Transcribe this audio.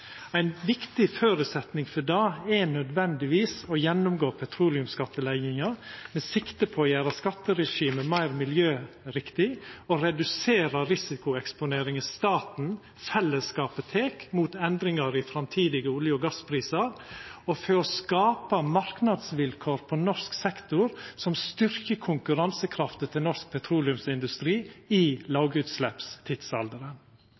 Ein viktig føresetnad for det er nødvendigvis å gjennomgå petroleumsskattelegginga med sikte på å gjera skatteregimet meir miljøriktig og redusera risikoeksponeringa staten, fellesskapet, tek mot endringar i framtidige olje- og gassprisar – og for å skapa marknadsvilkår på norsk sektor som styrkjer konkurransekrafta til norsk petroleumsindustri i